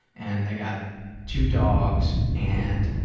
and they've got two dogs and,